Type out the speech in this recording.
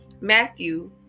Matthew